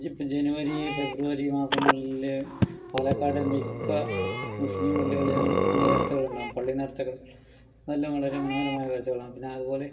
ഇപ്പം ജനുവരി ഫെബ്രുവരി മാസങ്ങളിൽ പാലക്കാട് മിക്ക മുസ്ലിം പള്ളികളിലും നേർച്ചകൾ ഉണ്ടാകും പള്ളി നേർച്ചകൾ അത് എല്ലാം വളരെ മനോഹരമായ കാഴ്ചകളാണ് പിന്നെ അതുപോലെ